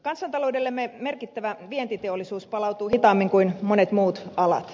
kansantaloudellemme merkittävä vientiteollisuus palautuu hitaammin kuin monet muut alat